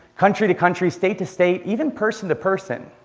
country to country, state to state, even person to person.